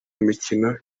imikino